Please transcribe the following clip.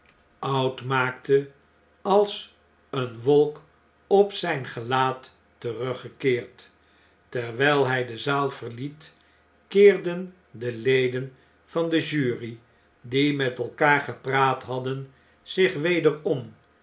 oud maakte als eene wolk op zijn gelaat teruggekeerd terwjjl hij de zaal verliet keerden de leden van de jury die met elkaar gepraat hadden zich weder